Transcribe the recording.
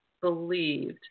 believed